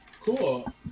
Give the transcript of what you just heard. Cool